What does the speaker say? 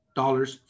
dollars